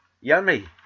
Yummy